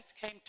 came